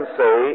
say